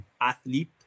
athlete